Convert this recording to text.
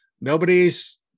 Nobody's